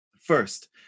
First